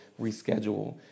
reschedule